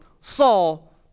Saul